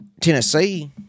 Tennessee